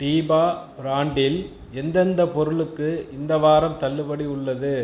டீபா பிராண்டில் எந்தெந்தப் பொருளுக்கு இந்த வாரம் தள்ளுபடி உள்ளது